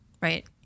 right